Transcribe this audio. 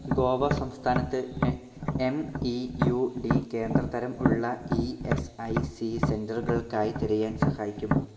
ഗോവ സംസ്ഥാനത്ത് M E U D കേന്ദ്ര തരം ഉള്ള ഇ എസ് ഐ സി സെൻറ്റെറുകൾക്കായി തിരയാൻ സഹായിക്കാമോ